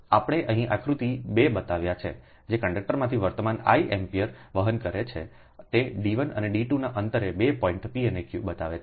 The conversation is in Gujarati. તેથી તેથી જ આપણે અહીં આકૃતિ 2 બતાવ્યા છે જે કંડક્ટરમાંથી વર્તમાન I એમ્પીયર વહન કરે છે તે D 1 અને D 2 ના અંતરે 2 પોઇન્ટ p અને Q બતાવે છે